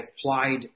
applied